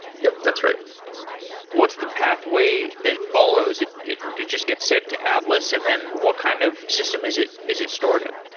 yup, that's right what's the pathway that it follows, it it just gets sent to atlas and then what kind of system is it is it stored in?